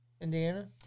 Indiana